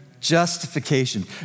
Justification